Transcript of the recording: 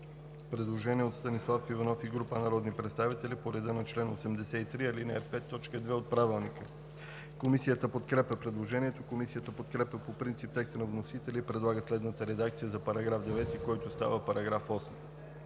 предложение от Станислав Иванов и група народни представители по реда на чл. 83, ал. 5, т. 2 от Правилника. Комисията подкрепя предложението. Комисията подкрепя по принцип текста на вносителя и предлага следната редакция за § 27, който става § 28: „§ 28.